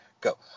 go